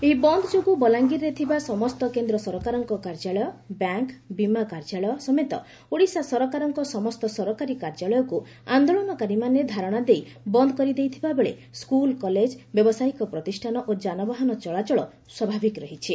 ଏହି ବନ୍ଦ୍ ଯୋଗୁଁ ବଲାଙ୍ଗିରରେ ଥିବା ସମସ୍ତ କେନ୍ଦ୍ର ସରକାରଙ୍କ କାର୍ଯ୍ୟାଳୟ ବ୍ୟାଙ୍କ ବୀମା କାର୍ଯ୍ୟାଳୟ ସମେତ ଓଡ଼ିଶା ସରକାରଙ୍କ ସମସ୍ତ ସରକାରୀ କାର୍ଯ୍ୟାଳୟକୁ ଆନ୍ଦୋଳନକାରୀମାନେ ଧାରଣା ଦେଇ ବନ୍ଦ୍ କରିଦେଇଥିବାବେଳେ ସ୍କୁଲ୍ କଲେଜ ବ୍ୟାବସାୟିକ ପ୍ରତିଷ୍ଠାନ ଓ ଯାନବାହନ ଚଳାଚଳ ସ୍ୱାଭାବିକ ରହିଛି